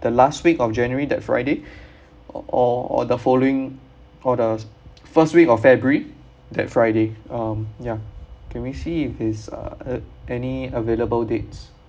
the last week of january that friday or or the following or the first week of february that friday um ya can we see if this uh uh any available dates